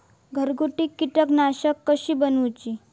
घरगुती कीटकनाशका कशी बनवूची?